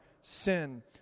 sin